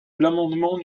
l’amendement